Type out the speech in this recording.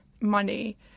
money